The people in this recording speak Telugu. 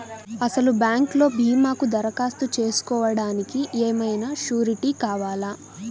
అసలు బ్యాంక్లో భీమాకు దరఖాస్తు చేసుకోవడానికి ఏమయినా సూరీటీ కావాలా?